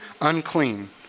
unclean